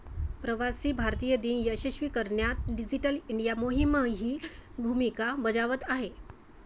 प्रवासी भारतीय दिन यशस्वी करण्यात डिजिटल इंडिया मोहीमही भूमिका बजावत आहे